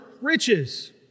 riches